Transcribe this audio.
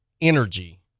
energy